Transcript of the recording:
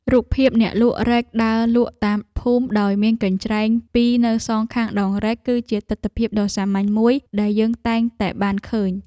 រូបភាពអ្នកលក់រែកដើរលក់តាមភូមិដោយមានកញ្ច្រែងពីរនៅសងខាងដងរែក គឺជាទិដ្ឋភាពដ៏សាមញ្ញមួយដែលយើងតែងតែបានឃើញ។